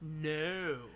No